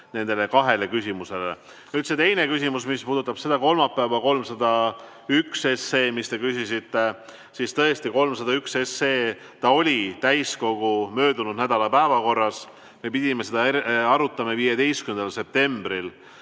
nendele kahele küsimusele. Nüüd see teine küsimus, mis puudutab seda kolmapäeva, eelnõu 301, mille kohta te küsisite, siis tõesti eelnõu 301 oli täiskogu möödunud nädala päevakorras. Me pidime seda arutama 15. septembril,